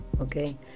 okay